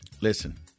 Listen